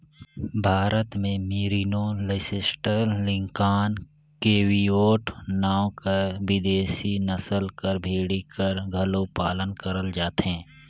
भारत में merino, Leicester, Lincoln, Cheviot नांव कर बिदेसी नसल कर भेड़ी कर घलो पालन करल जाथे